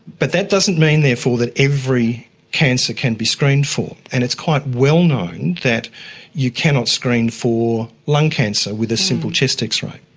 but that doesn't mean therefore that every cancer can be screened for. and it's quite well known that you cannot screen for lung cancer with a simple chest x-ray,